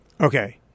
Okay